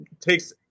takes